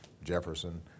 Jefferson